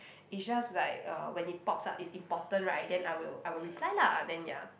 is just like uh when it pop ups is important right then I will I will reply lah then ya